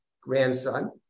grandson